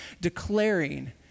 declaring